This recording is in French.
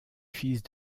fils